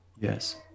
Yes